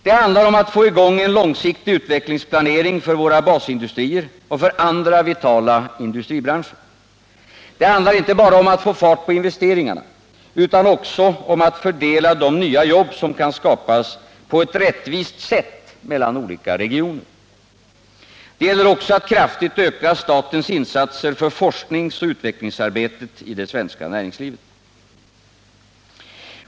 Det handlar om att få i gång en långsiktig utvecklingsplanering för våra basindustrier och för andra vitala industribranscher. Det handlar inte bara om att få fart på investeringarna utan också om att fördela de nya jobb, som kan skapas, på ett rättvist sätt mellan olika regioner. Det gäller också att kraftigt öka statens insatser för forskningsoch utvecklingsarbetet i det svenska näringslivet.